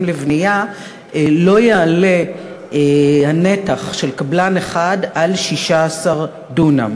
לבנייה לא יעלה הנתח של קבלן אחד על 16 דונם.